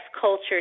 culture